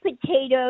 potatoes